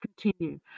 continue